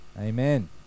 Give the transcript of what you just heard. amen